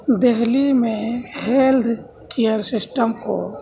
دہلی میں health care system کو